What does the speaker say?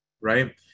right